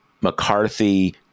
McCarthy